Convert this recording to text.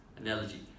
analogy